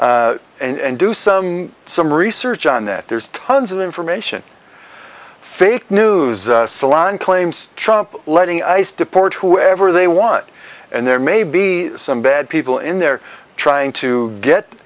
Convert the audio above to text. and do some some research on that there's tons of information fake news the salon claims trump letting ice deport whoever they want and there may be some bad people in there trying to get